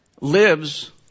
lives